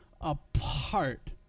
apart